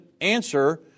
answer